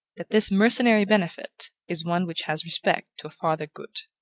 that this mercenary benefit is one which has respect to a farther good.